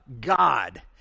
God